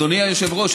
אדוני היושב-ראש,